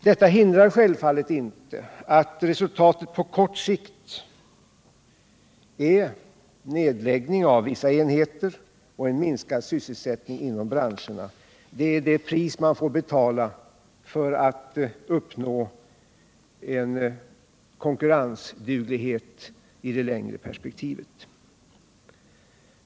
Detta hindrar självfallet inte att resultatet på kort sikt är nedläggning av vissa enheter och en minskad sysselsättning inom branscherna. Det är det pris man får betala för att uppnå en konkurrensduglighet i det längre perspektivet.